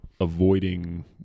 avoiding